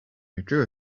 withdrew